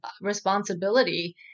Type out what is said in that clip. responsibility